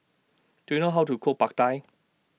Do YOU know How to Cook Pad Thai